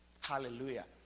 Hallelujah